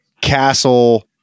castle